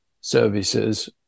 services